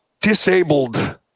disabled